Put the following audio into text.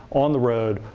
on the road,